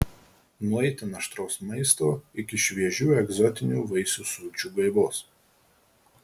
nuo itin aštraus maisto iki šviežių egzotinių vaisių sulčių gaivos